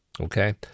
okay